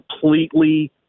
completely